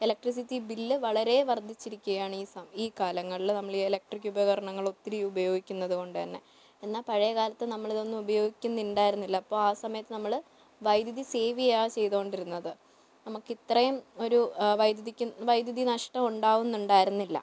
electricity bill വളരെ വർദ്ധിച്ചിരിക്കുകയാണ് ഈ സമയ ഈ കാലങ്ങളിൽ എലക്ട്രിക് ഉപകരണങ്ങൾ ഒത്തിരി ഉപയോഗിക്കുന്നത് കൊണ്ടു തന്നെ എന്നാൽ പഴയകാലത്ത് നമ്മളിതൊന്നും ഉപയോഗിക്കുന്നുണ്ടായിരുന്നില്ല അപ്പോൾ ആ സമയത്ത് നമ്മൾ വൈദ്യുതി സേവ് ചെയ്യുകയാ ചെയ്തുകൊണ്ടിരുന്നത് നമുക്ക് ഇത്രയും ഒരു വൈദ്യുതിക്ക് വൈദ്യുതി നഷ്ടം ഉണ്ടാകുന്നുണ്ടായിരുന്നില്ല